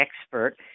expert